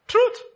Truth